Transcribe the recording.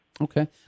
Okay